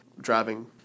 driving